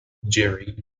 gerry